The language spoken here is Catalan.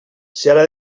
serà